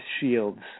Shields